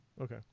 Okay